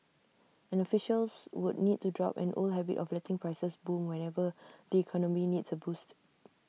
and officials would need to drop an old habit of letting prices boom whenever the economy needs A boost